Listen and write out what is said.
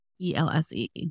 E-L-S-E